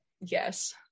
Yes